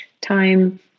time